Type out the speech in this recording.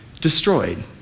destroyed